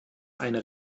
eine